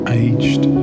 aged